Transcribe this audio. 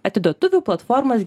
atiduotuvių platformos